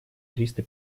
триста